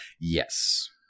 Yes